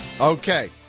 Okay